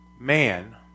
man